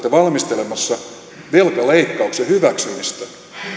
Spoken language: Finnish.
valmistelemassa velkaleikkauksen hyväksymistä